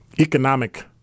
economic